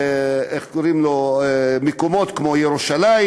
איך קוראים לו, מקומות כמו ירושלים,